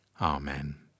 Amen